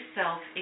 self